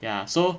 ya so